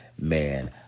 Man